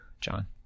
John